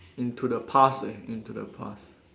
into the past eh into the past